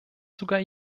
sogar